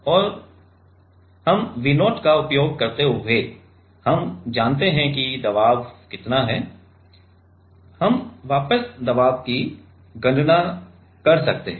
और हम V0 का उपयोग करते हुए हम जानते हैं कि दबाव कितना है हम वापस दबाव की गणना कर सकते हैं